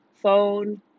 phone